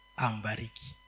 ambariki